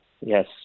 Yes